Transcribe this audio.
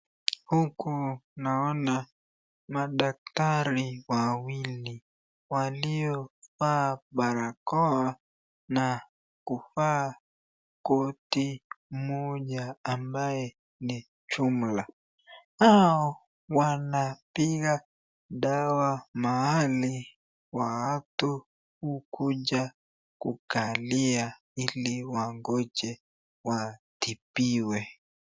Huku naona madaktari wawili waliovaa barakoa na kuvaa koti moja ambaye ni jumla hao wanapiga dawa mahali watu hukuja kukalia ili wangonje watibiwe.